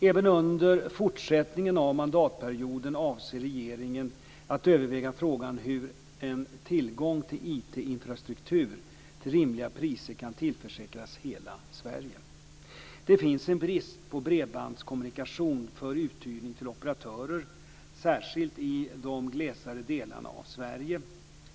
Även under fortsättningen av mandatperioden avser regeringen att överväga frågan hur en tillgång till IT-infrastruktur till rimliga priser kan tillförsäkras hela Sverige. Det finns en brist på bredbandskommunikation för uthyrning till operatörer, särskilt i de glesare delarna av Sverige.